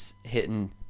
hitting